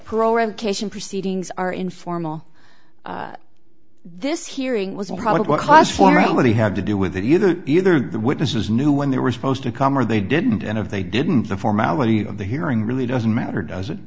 pro education proceedings are informal this hearing was probably what class formality had to do with it either either the witnesses knew when they were supposed to come or they didn't and if they didn't the formality of the hearing really doesn't matter does it